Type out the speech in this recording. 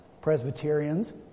Presbyterians